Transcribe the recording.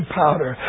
powder